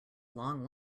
long